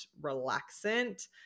relaxant